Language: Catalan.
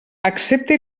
accepta